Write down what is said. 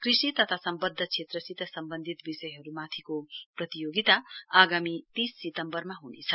कृषि तथा सम्वध्द क्षेत्रसित सम्बन्धित विषयहरुमाथिको यो प्रतियोगिता आगामी तीस सितम्वरमा हुनेछ